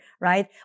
right